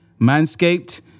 Manscaped